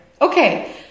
Okay